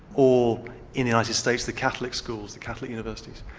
or in the united states the catholic schools, the catholic universities.